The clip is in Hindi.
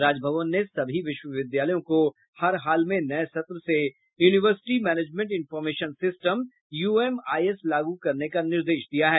राजभवन ने सभी विश्वविद्यालयों को हर हाल में नये सत्र से university management information system UMIS लागू करने का निर्देश दिया है